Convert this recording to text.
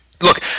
Look